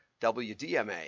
WDMA